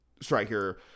striker